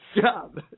Job